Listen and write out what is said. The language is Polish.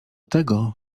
tego